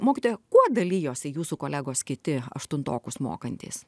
mokytoja kuo dalijosi jūsų kolegos kiti aštuntokus mokantys